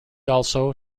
also